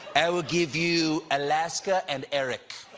and i'll give you alaska and eric.